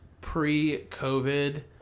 pre-covid